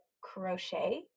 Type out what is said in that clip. crochet